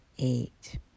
eight